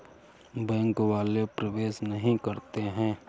Bank वाले प्रवेश नहीं करते हैं?